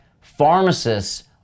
pharmacists